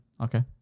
Okay